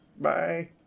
bye